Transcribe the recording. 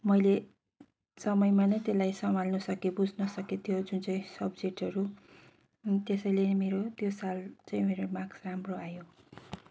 मैले समयमा नै त्यसलाई सम्हाल्नु सकेँ बुझ्न सकेँ त्यो जुन चाहिँ सब्जेक्टहरू त्यसैले नै मेरो त्यो साल चाहिँ मेरो मार्क्स राम्रो आयो